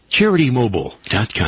CharityMobile.com